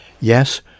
Yes